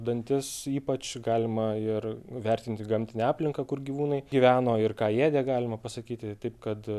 dantis ypač galima ir vertinti gamtinę aplinką kur gyvūnai gyveno ir ką ėdė galima pasakyti taip kad